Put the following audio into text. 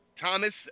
Thomas